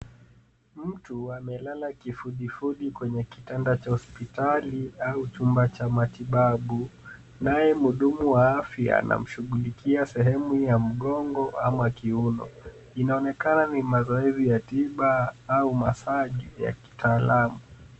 Mtu amelala kifudifudi kwenye kitanda cha hosipitali au chumba cha matibabu naye mhudumu wa afya anamshughulikia sehemu ya mgongo ama kiuno. Inaonekana ni mazoezi ya tiba au massage ya kitaalamu.